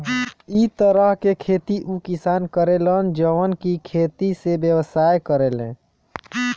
इ तरह के खेती उ किसान करे लन जवन की खेती से व्यवसाय करेले